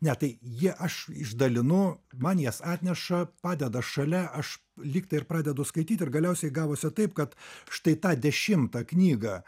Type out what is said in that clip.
ne tai jie aš išdalinu man jas atneša padeda šalia aš lyg tai ir pradedu skaityt ir galiausiai gavosi taip kad štai tą dešimtą knygą